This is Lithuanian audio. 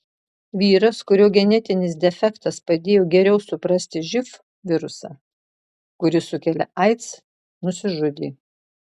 vyras kurio genetinis defektas padėjo geriau suprasti živ virusą kuris sukelia aids nusižudė